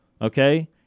Okay